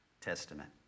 Testament